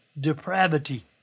depravity